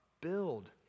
build